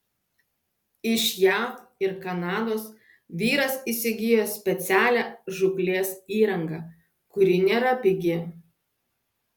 iš jav ir kanados vyras įsigijo specialią žūklės įrangą kuri nėra pigi